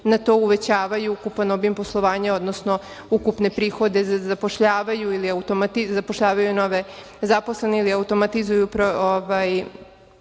na to uvećavaju ukupan obim poslovanja, odnosno ukupne prihode, zapošljavaju nove zaposlene ili automatizuju